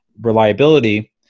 reliability